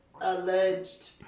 alleged